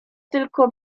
tylko